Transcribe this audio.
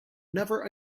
never